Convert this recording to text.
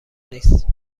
نیست